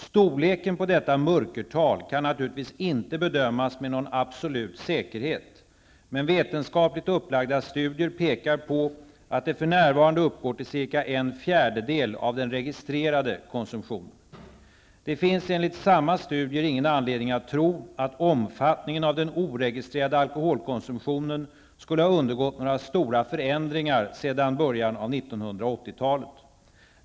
Storleken på detta mörkertal kan naturligtvis inte bedömas med någon absolut säkerhet, men vetenskapligt upplagda studier pekar på att det för nävarande uppgår till cirka en fjärdedel av den registrerade konsumtionen. Det finns enligt samma studier ingen anledning att tro att omfattningen av den oregistrerade alkoholkonsumtionen skulle ha undergått några stora förändringar sedan början av 1980-talet.